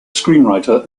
screenwriter